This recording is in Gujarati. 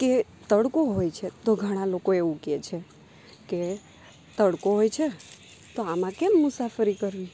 કે તડકો હોય છે તો ઘણા લોકો એવું કે છે કે તડકો હોય છે તો આમાં કેમ મુસાફરી કરવી